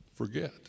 forget